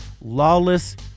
Lawless